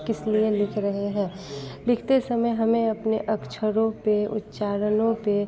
किसलिए लिख रहे हैं लिखते समय हमें अपने अक्षरों पर उच्चारणों पर